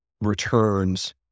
returns